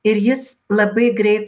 ir jis labai greit